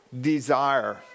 desire